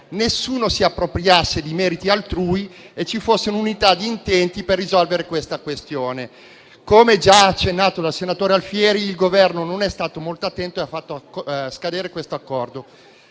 nessuno si appropriasse di meriti altrui e ci fosse un'unità di intenti per risolvere la questione. Come già accennato il senatore Alfieri, il Governo non è stato molto attento e ha fatto scadere questo accordo.